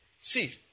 See